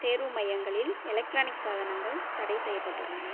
தேர்வு மையங்களில் எலக்ட்ரானிக் சாதனங்கள் தடை செய்யப்பட்டுள்ளன